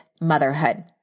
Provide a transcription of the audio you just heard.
motherhood